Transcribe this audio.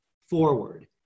forward